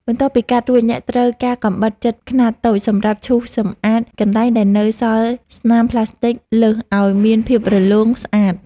បន្ទាប់ពីកាត់រួចអ្នកត្រូវការកាំបិតចិតខ្នាតតូចសម្រាប់ឈូសសម្អាតកន្លែងដែលនៅសល់ស្នាមផ្លាស្ទិចលើសឱ្យមានភាពរលោងស្អាត។